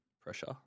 pressure